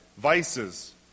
vices